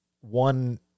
one